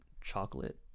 chocolate